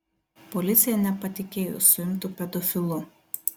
policija nepatikėjo suimtu pedofilu